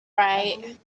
right